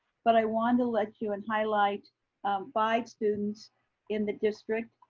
but i wanted to let you and highlight five students in the district.